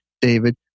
David